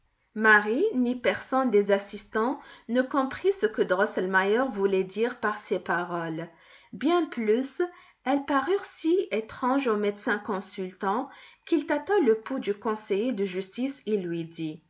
marie ni personne des assistants ne comprit ce que drosselmeier voulait dire par ces paroles bien plus elles parurent si étranges au médecin consultant qu'il tâta le pouls du conseiller de justice et lui dit